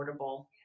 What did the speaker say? affordable